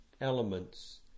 elements